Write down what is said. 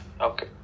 Okay